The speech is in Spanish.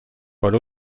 por